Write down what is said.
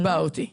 תתבע אותי.